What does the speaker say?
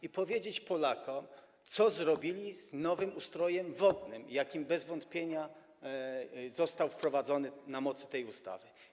i powiedzieć Polakom, co zrobili z nowym ustrojem wodnym, jaki bez wątpienia został wprowadzony na mocy tej ustawy.